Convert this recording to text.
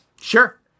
Sure